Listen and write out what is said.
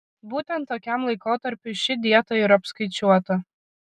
būtent tokiam laikotarpiui ši dieta ir apskaičiuota